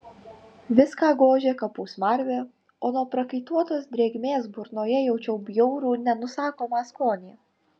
viską gožė kapų smarvė o nuo prakaituotos drėgmės burnoje jaučiau bjaurų nenusakomą skonį